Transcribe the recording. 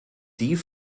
die